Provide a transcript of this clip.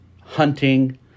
hunting